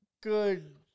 good